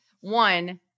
one –